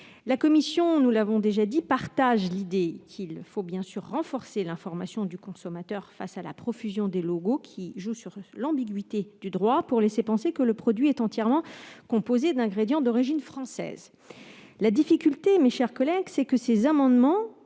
La commission, nous l'avons déjà dit, partage l'idée selon laquelle il faut renforcer l'information du consommateur face à la profusion de logos qui jouent sur l'ambiguïté du droit pour laisser penser que le produit est entièrement composé d'ingrédients d'origine française. La difficulté, mes chers collègues, c'est que vos amendements,